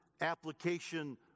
application